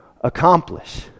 accomplish